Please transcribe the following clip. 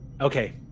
okay